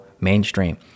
mainstream